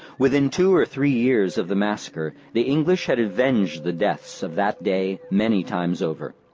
within two or three years of the massacre the english had avenged the deaths of that day many times over.